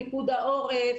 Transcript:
פיקוד העורף,